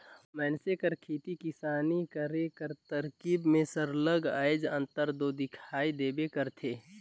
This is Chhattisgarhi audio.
मइनसे कर खेती किसानी करे कर तरकीब में सरलग आएज अंतर दो दिखई देबे करथे